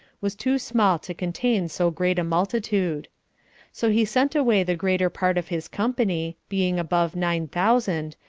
was too small to contain so great a multitude so he sent away the greater part of his company, being above nine thousand,